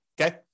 Okay